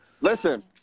listen